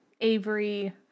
Avery